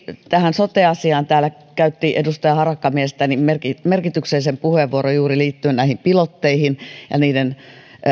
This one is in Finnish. tähän sote asiaan lopuksi täällä käytti edustaja harakka mielestäni merkityksellisen puheenvuoron juuri liittyen pilotteihin ja niiden